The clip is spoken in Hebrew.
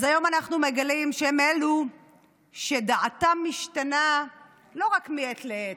אז היום אנחנו מגלים שהם אלו שדעתם משתנה לא רק מעת לעת,